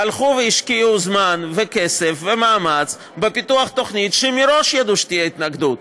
הלכו והשקיעו זמן וכסף ומאמץ בפיתוח תוכנית כשמראש ידעו שתהיה התנגדות.